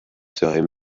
serait